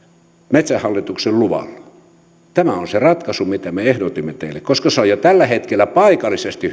metsähallituksen luvalla tämä on on se ratkaisu mitä me ehdotimme teille koska se on jo tällä hetkellä paikallisesti